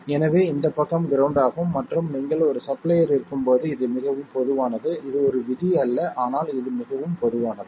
எனவே இந்த பக்கம் கிரவுண்ட் ஆகும் மற்றும் நீங்கள் ஒரு சப்ளையர் இருக்கும்போது இது மிகவும் பொதுவானது இது ஒரு விதி அல்ல ஆனால் இது மிகவும் பொதுவானது